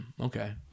okay